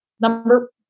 number